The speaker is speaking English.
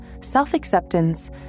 self-acceptance